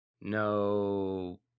no